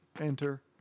Enter